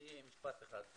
אני רוצה להגיד דבר אחד.